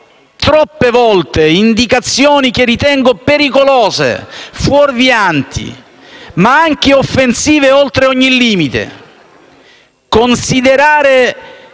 troppe volte indicazioni che ritengo pericolose, fuorvianti, ma anche offensive oltre ogni limite. Si